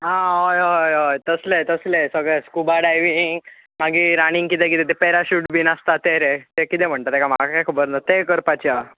हां हय हय हय तसले तसलेत सगळे स्कुबा डायवींग मागीर आनी कितें कितें ते पेराशूट बी आसतात ते तेरे कितें म्हणटात तेका म्हाका कांय खबर ना ते करपाचे आहा